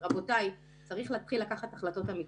רבותיי, צריך להתחיל לקחת החלטות אמיצות.